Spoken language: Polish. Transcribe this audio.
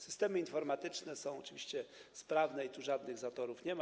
Systemy informatyczne są oczywiście sprawne i tu żadnych zatorów nie ma.